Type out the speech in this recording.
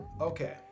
okay